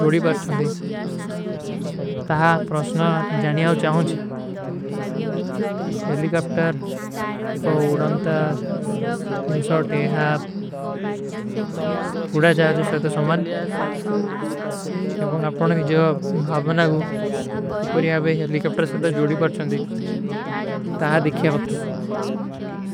ଜୋଡୀ ପାର ଚଂଦୀ। ତହାଁ ପ୍ରସ୍ଣାର ଜାନିଯାଓ ଚାହୂଂଚୀ। ହେଲିକପ୍ଟର, ଏକୋ ଉଡଂତା, ଇନସୋଟ, ଏହାବ, ଉଡା ଜାଯାଜେ ସେତ ସମନ। ଏବଂଗ ଏହାଦର ଆପନା ମିଝେ ଭାଵନାଗୂ ଗିପରୀ ଆପେ ଜୋଡୀ ପାର ଚଂଦୀ।